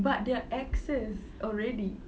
but they are exes already